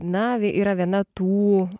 na yra viena tų